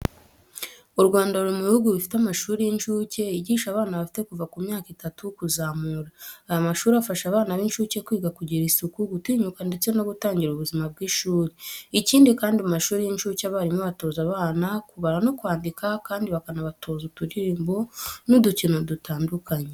U Rwanda ruri mu bihugu bifite amashuri y'incuke yigisha abana bafite kuva ku myaka itatu kuzamura, aya mashuri afasha abana b'incuke kwiga kugira isuku, gutinyuka ndetse no gutangira ubuzima bw'ishuri. Ikindi kandi mu mashuri y'incuke abarimu batoza abana kubara no kwandika kandi bakanabatoza uturirimbo n'udukino dutandukanye.